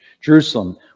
Jerusalem